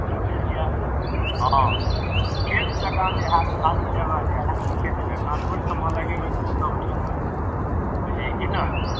नहि बुझलियै हँ खेत जका जे होयत खाली जगह जे होयत खेत जका तऽ ओहि सभमे लगेबै तऽ ओ सभ ठीक रहत बुझलियै कि नहि